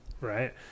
Right